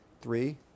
three